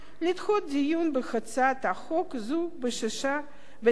את הדיון בהצעת חוק זו בשישה שבועות.